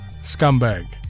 Scumbag